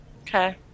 Okay